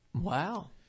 Wow